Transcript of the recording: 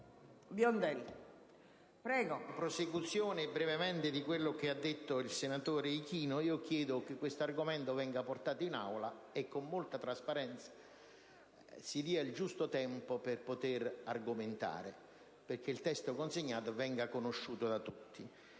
con riferimento a quanto detto dal senatore Ichino, chiedo che questo argomento venga portato in Aula e con molta trasparenza si dia il giusto tempo per poter argomentare, e che quindi il testo consegnato venga conosciuto da tutti.